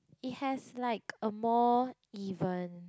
it has like a more even